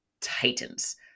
titans